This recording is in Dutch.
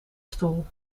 stoel